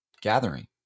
gathering